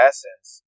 Essence